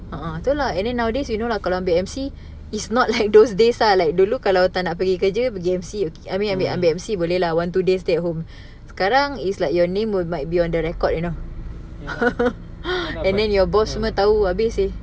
p[a'ah] tu lah and then nowadays you know lah kalau ambil M_C is not like those days lah ah like dulu kalau tak nak pergi kerja pergi M_C I mean ambil M_C boleh lah one two days stay at home sekarang is like your name might be on the record you know and then your boss semua tahu habis seh